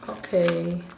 okay